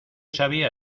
sabía